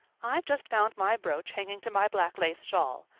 i've just found my brooch hanging to my black lace shawl.